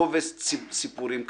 קובץ סיפורים קצר.